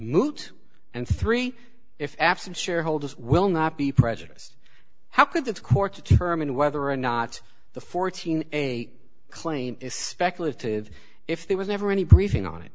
moot and three if absent shareholders will not be prejudiced how could the court determine whether or not the fourteen a claim is speculative if there was never any briefing on it